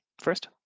first